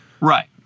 Right